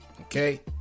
Okay